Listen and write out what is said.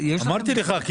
אתה